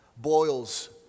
Boils